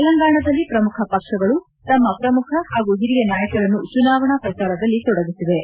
ತೆಲಂಗಾಣದಲ್ಲಿ ಪ್ರಮುಖ ಪಕ್ಷಗಳು ತಮ್ಮ ಪ್ರಮುಖ ಹಾಗೂ ಹಿರಿಯ ನಾಯಕರನ್ನು ಚುನಾವಣಾ ಪ್ರಚಾರದಲ್ಲಿ ತೊಡಗಿಸಿವೆ